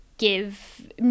give